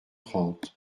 trente